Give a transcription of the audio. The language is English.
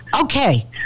Okay